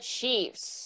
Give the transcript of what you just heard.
Chiefs